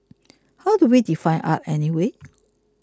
how do we define art anyway